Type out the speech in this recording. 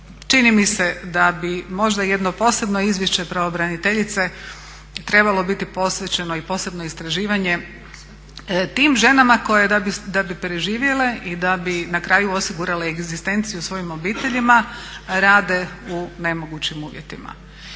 Čini mi se da bi možda jedno posebno izvješće pravobraniteljice trebalo biti posvećeno i posebno istraživanje tim ženama koje da bi preživjele i da bi na kraju osigurale egzistenciju svojim obiteljima rade u nemogućim uvjetima.